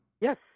Yes